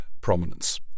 prominence